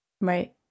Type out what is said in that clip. Right